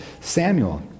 Samuel